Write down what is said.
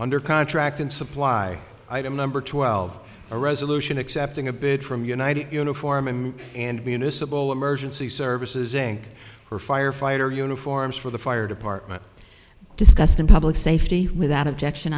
under contract and supply item number twelve a resolution accepting a bid from united uniform and being a civil emergency services inc for fire fighter uniforms for the fire department discussed in public safety without objection